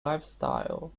lifestyle